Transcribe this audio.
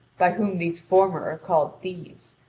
by whom these former are called thieves,